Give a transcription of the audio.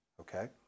Okay